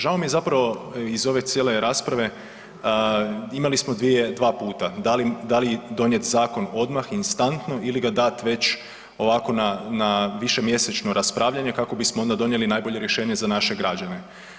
Žao je zapravo iz ove cijele rasprave imali smo dva puta da li donijeti zakon odmah instantno ili ga dat već ovako na višemjesečno raspravljanje kako bismo onda donijeli najbolje rješenje za naše građane.